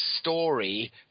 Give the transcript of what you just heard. story